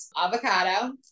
Avocado